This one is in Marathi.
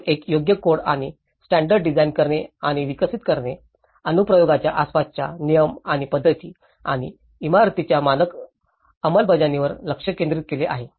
प्रथम एक योग्य कोड आणि स्टॅण्डर्ड डिझाइन करणे आणि विकसित करणे अनुप्रयोगांच्या आसपासच्या नियम आणि पद्धती आणि इमारतीच्या मानक अंमलबजावणीवर लक्ष केंद्रित केले आहे